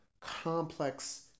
complex